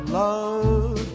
love